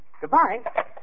Goodbye